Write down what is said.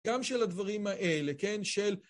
גם של הדברים האלה, כן? של...